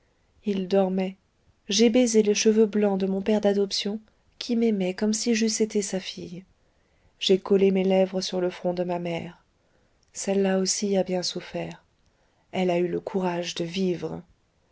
ils dormaient j'ai baisé les cheveux blancs de mon père d'adoption qui m'aimait comme si j'eusse été sa fille j'ai collé mes lèvres sur le front de ma mère celle-là aussi a bien souffert elle a eu le courage de vivre